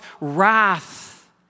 wrath